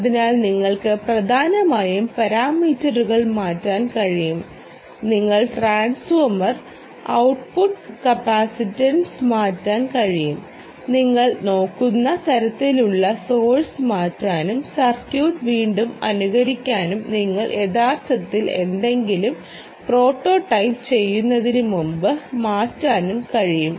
അതിനാൽ നിങ്ങൾക്ക് പ്രധാനമായും പാരാമീറ്ററുകൾ മാറ്റാൻ കഴിയും നിങ്ങൾക്ക് ട്രാൻസ്ഫോർമർ ഔട്ട്പുട്ട് കപ്പാസിറ്റൻസ് മാറ്റാൻ കഴിയും നിങ്ങൾ നോക്കുന്ന തരത്തിലുള്ള സോഴ്സ് മാറ്റാനും സർക്യൂട്ട് വീണ്ടും അനുകരിക്കാനും നിങ്ങൾ യഥാർത്ഥത്തിൽ എന്തെങ്കിലും പ്രോട്ടോടൈപ്പ് ചെയ്യുന്നതിനുമുമ്പ് മാറ്റാനും കഴിയും